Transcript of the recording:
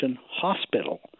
Hospital